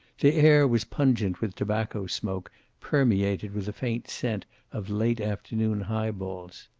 the air was pungent with tobacco smoke permeated with a faint scent of late afternoon highballs.